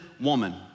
woman